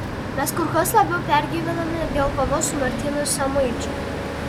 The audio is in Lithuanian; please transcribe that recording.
mes kur kas labiau pergyvenome dėl kovos su martynu samuičiu